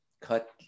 cut